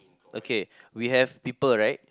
okay we have people right